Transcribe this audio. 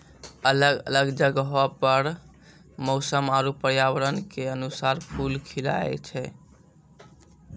अलग अलग जगहो पर मौसम आरु पर्यावरण क अनुसार फूल खिलए छै